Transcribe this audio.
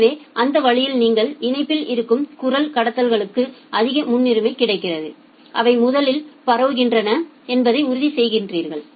எனவே அந்த வழியில் நீங்கள் இணைப்பில் இருக்கும் குரல் கடத்தல்களுக்கு அதிக முன்னுரிமை கிடைக்கிறது அவை முதலில் பரவுகின்றன என்பதை உறுதி செய்கிறீர்கள்